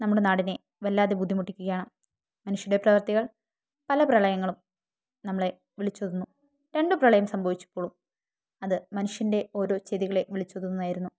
നമ്മുടെ നാടിനെ വല്ലാതെ ബുദ്ധിമുട്ടിക്കുകയാണ് മനുഷ്യന്റെ പ്രവർത്തികൾ പല പ്രളയങ്ങളും നമ്മളെ വിളിച്ചോതുന്നു രണ്ടു പ്രളയം സംഭവിച്ചപ്പോളും അത് മനുഷ്യന്റെ ഓരോ ചെയ്തികളെ വിളിച്ചോതുന്നതായിരുന്നു